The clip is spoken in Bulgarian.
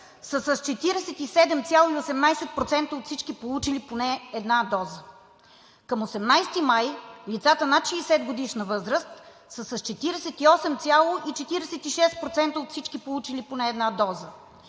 са с 47,18% от всички получили поне една доза. Към 18 май лицата над 60-годишна възраст са с 48,46% от всички получили поне една доза